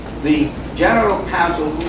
the general counsel,